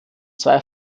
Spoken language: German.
zwei